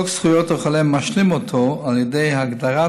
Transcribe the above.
חוק זכויות החולה משלים אותו על ידי הגדרת